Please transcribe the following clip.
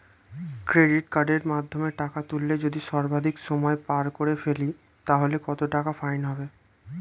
Credit কার্ডের মাধ্যমে টাকা তুললে যদি সর্বাধিক সময় পার করে ফেলি তাহলে কত টাকা ফাইন হবে?